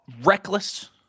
reckless